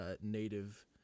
Native